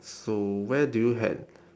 so where do you had